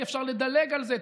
ואי-אפשר לדלג על זה.